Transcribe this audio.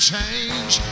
Change